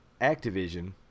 Activision